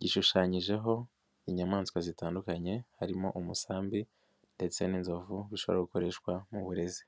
gishushanyijeho inyamaswa zitandukanye, harimo umusambi ndetse n'inzovu, bishobora gukoreshwa mu burezi.